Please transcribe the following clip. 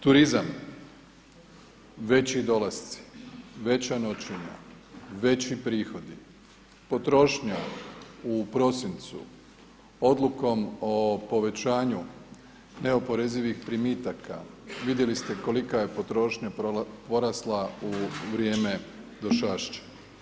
Turizam, veći dolasci, veća noćenja, veći prihodi, potrošnja u prosincu, odlukom o povećaju neoporezivih primitaka, vidjeli ste kolika je potrošnja porasla u vrijeme došašća.